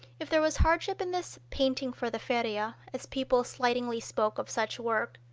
if there was hardship in this painting for the feria, as people slightingly spoke of such work,